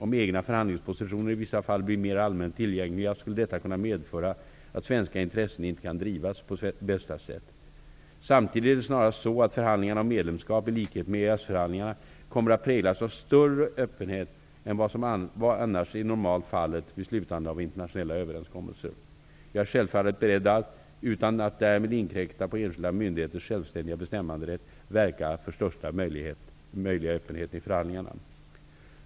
Om våra egna förhandlingspositioner i vissa fall blir allmänt tillgängliga skulle detta kunna medföra att svenska intressen inte kan drivas på bästa sätt. Samtidigt är det snarast så, att förhandlingarna om medlemskap, i likhet med EES-förhandlingarna, kommer att präglas av större öppenhet än vad som annars är normalt vid slutande av internationella överenskommelser. Jag är självfallet beredd att -- utan att därmed inkräkta på enskilda myndigheters självständiga bestämmanderätt -- verka för största möjliga öppenhet i förhandlingarna.